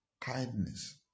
kindness